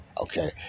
Okay